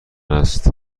است